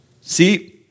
See